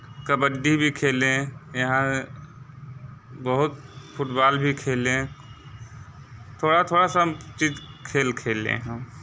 कबड्डी भी खेले हैं यहाँ बहुत फुटबॉल भी खेले थोड़ा थोड़ा सब चीज़ खेल खेले हैं हम